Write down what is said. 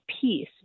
peace